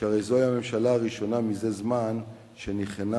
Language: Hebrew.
שהרי זוהי הממשלה הראשונה מזה זמן שניחנה